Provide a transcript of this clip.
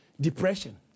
depression